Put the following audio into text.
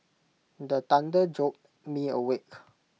the thunder jolt me awake